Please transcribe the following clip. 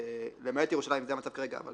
למעט ירושלים..." זה המצב כרגע, אבל